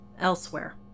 elsewhere